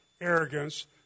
arrogance